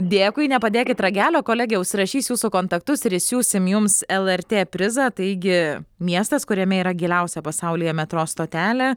dėkui nepadėkit ragelio kolegė užsirašys jūsų kontaktus ir išsiųsim jums lrt prizą taigi miestas kuriame yra giliausia pasaulyje metro stotelė